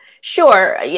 sure